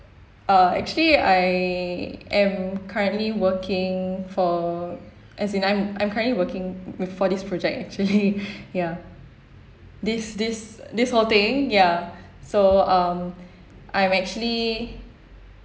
uh actually I am currently working for as in I'm I'm currently working with for this project actually ya this this this whole thing ya so um I'm actually